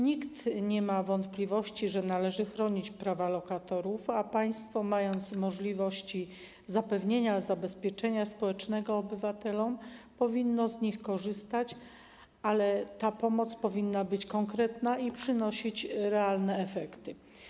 Nikt nie ma wątpliwości, że należy chronić prawa lokatorów, a państwo, mając możliwości zabezpieczenia społecznego obywateli, powinno z nich korzystać, ale ta pomoc powinna być konkretna i powinna przynosić realne efekty.